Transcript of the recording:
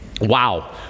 Wow